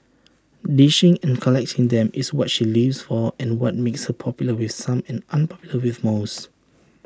dishing and collecting them is what she lives for and what makes her popular with some and unpopular with most